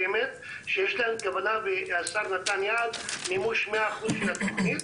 יש להם כוונה והשר נתן יעד של 100% מימוש.